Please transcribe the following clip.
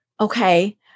okay